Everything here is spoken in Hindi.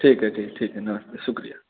ठीक है ठीक ठीक है नमस्ते शुक्रिया